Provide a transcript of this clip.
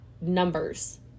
numbers